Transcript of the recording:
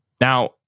Now